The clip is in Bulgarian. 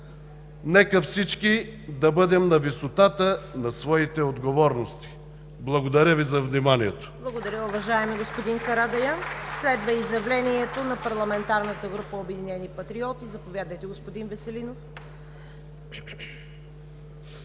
Нека всички да бъдем на висотата на своите отговорности. Благодаря Ви за вниманието.